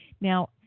Now